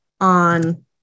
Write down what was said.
on